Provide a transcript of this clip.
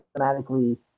automatically